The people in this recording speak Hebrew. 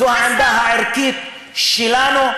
זאת העמדה הערכית שלנו,